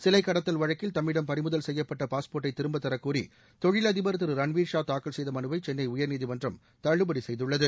சிலை கடத்தல் வழக்கில் தம்மிடம் பறிமுதல் செய்யப்பட்ட பாஸ்போா்ட் ஐ திரும்ப தரக்கூறி தொழிலதிபர் திரு ரன்வீர் ஷா தாக்கல் செய்த மனுவை சென்னை உயர்நீதிமன்றம் தள்ளுபடி செய்துள்ளது